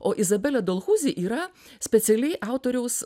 o izabelė dolhuzi yra specialiai autoriaus